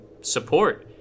support